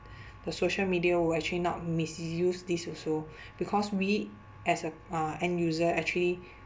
the social media will actually not misuse this also because we as a uh end-user actually